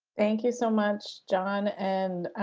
thank you so much john and